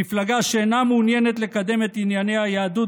מפלגה שאינה מעוניינת לקדם את ענייני היהדות